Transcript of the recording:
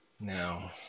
Now